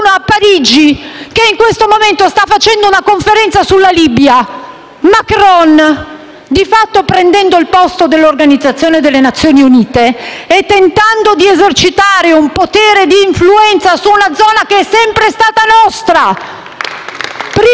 Macron, che in questo momento sta facendo una conferenza sulla Libia, di fatto prendendo il posto dell'Organizzazione delle Nazioni Unite e tentando di esercitare un potere di influenza su una zona che è sempre stata nostra,